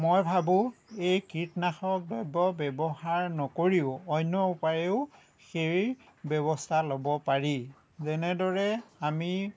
মই ভাবোঁ এই কীটনাশক দ্ৰব্য ব্যৱহাৰ নকৰিও অন্য উপায়েও সেই ব্যৱস্থা ল'ব পাৰি যেনেদৰে আমি